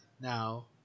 now